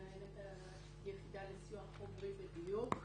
מנהלת היחידה לסיוע חומרי ודיור.